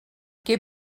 què